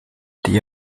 die